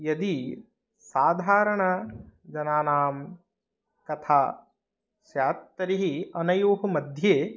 यदि साधारणजनानां कथा स्यात् तर्हि अनयोः मध्ये